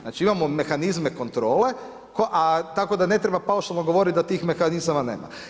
Znači imamo mehanizme kontrole, a tako da ne treba paušalno govorit da tih mehanizama nema.